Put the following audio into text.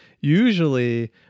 usually